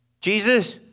Jesus